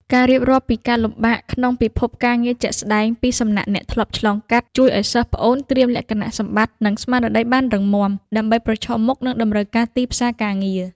ការរៀបរាប់ពីការលំបាកក្នុងពិភពការងារជាក់ស្ដែងពីសំណាក់អ្នកធ្លាប់ឆ្លងកាត់ ជួយឱ្យសិស្សប្អូនត្រៀមលក្ខណៈសម្បត្តិ និងស្មារតីបានរឹងមាំ ដើម្បីប្រឈមមុខនឹងតម្រូវការទីផ្សារការងារ។